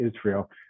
Israel